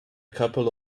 couple